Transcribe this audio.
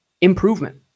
improvement